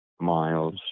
miles